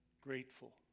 Grateful